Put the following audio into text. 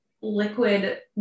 liquid